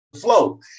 flow